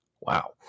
Wow